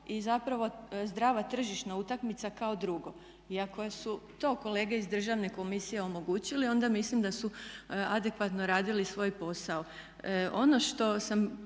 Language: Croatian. i zapravo zdrava tržišna utakmica kao drugo. I ako su to kolege iz Državne komisije omogućili, onda mislim da su adekvatno radili svoj posao. Ono što sam